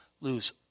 lose